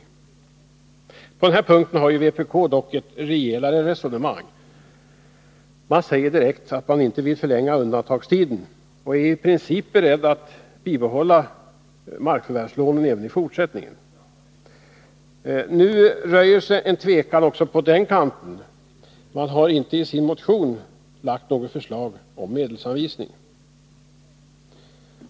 I På den här punkten har ju vpk ett rejälare resonemang. Vpk säger direkt att man inte vill förlänga undantagstiden och är i princip berett att bibehålla markförvärvslånen även i fortsättningen. Nu röjer sig en tvekan också på den | kanten — man har i sin motion inte något förslag om medelsanvisning.